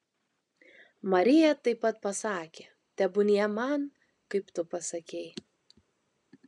marija taip pat pasakė tebūnie man kaip tu pasakei